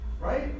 Right